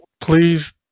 Please